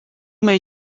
may